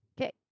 Okay